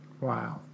Wow